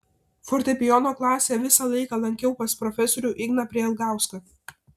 fortepijono klasę visą laiką lankiau pas profesorių igną prielgauską